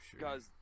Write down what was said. guys